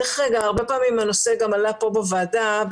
הרבה פעמים הנושא עלה פה בוועדה,